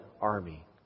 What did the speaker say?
army